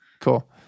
Cool